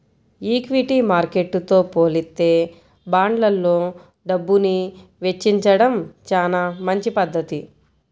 equity మార్కెట్టుతో పోలిత్తే బాండ్లల్లో డబ్బుని వెచ్చించడం చానా మంచి పధ్ధతి